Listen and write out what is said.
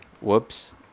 whoops